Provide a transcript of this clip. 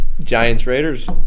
Giants-Raiders